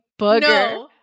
booger